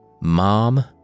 Mom